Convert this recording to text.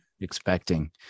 expecting